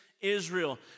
Israel